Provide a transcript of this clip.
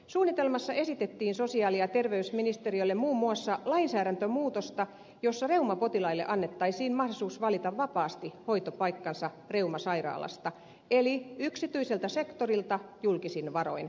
suunnitelmassa esitettiin sosiaali ja terveysministeriölle muun muassa lainsäädäntömuutosta jossa reumapotilaille annettaisiin mahdollisuus valita vapaasti hoitopaikkansa reumasairaalasta eli yksityiseltä sektorilta julkisin varoin